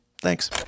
Thanks